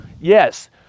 Yes